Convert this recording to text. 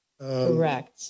Correct